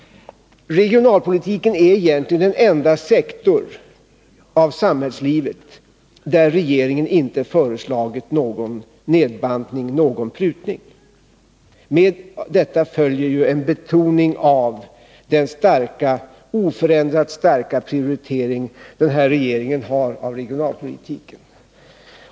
Regionalpolitiken är egentligen den enda sektorn av samhällslivet för vilken regeringen inte föreslagit någon nedbantning eller någon prutning. Av detta kan man utläsa regeringens betoning av en oförändrat stark prioritering av regionalpolitiken.